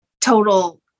total